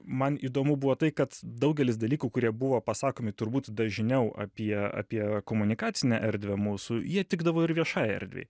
man įdomu buvo tai kad daugelis dalykų kurie buvo pasakomi turbūt dažniau apie apie komunikacinę erdvę mūsų jie tikdavo ir viešajai erdvei